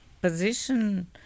position